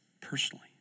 personally